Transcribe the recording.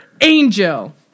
angel